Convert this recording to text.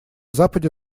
западе